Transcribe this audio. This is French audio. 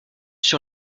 sur